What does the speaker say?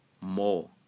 more